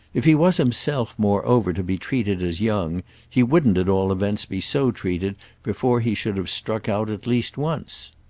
if he was himself moreover to be treated as young he wouldn't at all events be so treated before he should have struck out at least once.